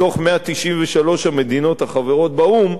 מתוך 193 המדינות החברות באו"ם,